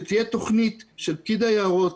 שתהיה תוכנית של פקיד היערות